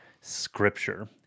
scripture